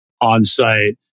on-site